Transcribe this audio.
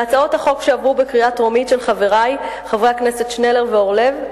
בהצעות החוק שעברו בקריאה טרומית של חברי חברי הכנסת שנלר ואורלב,